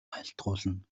айлтгуулна